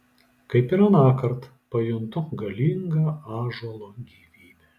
kaip ir anąkart pajuntu galingą ąžuolo gyvybę